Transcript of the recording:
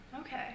Okay